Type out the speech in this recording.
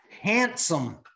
Handsome